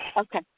Okay